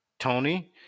Tony